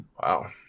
Wow